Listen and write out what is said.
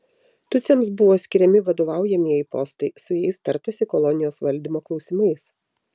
tutsiams buvo skiriami vadovaujamieji postai su jais tartasi kolonijos valdymo klausimais